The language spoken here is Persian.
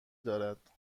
دارد